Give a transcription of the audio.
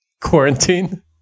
Quarantine